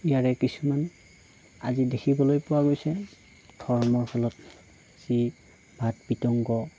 ইয়াৰে কিছুমান আজি দেখিবলৈ পোৱা গৈছে ধৰ্মৰ ফলত যি বাত বিতংগ